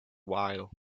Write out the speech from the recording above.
while